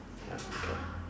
ya okay